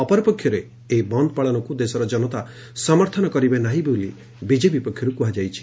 ଅପରପକ୍ଷରେ ଏହି ବନ୍ଦ ପାଳନକୁ ଦେଶର ଜନତା ସମର୍ଥନ କରିବେ ନାହି ବୋଲି ବିଜେପି ପକ୍ଷରୁ କୁହାଯାଇଛି